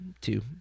two